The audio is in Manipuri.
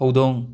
ꯍꯧꯗꯣꯡ